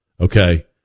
Okay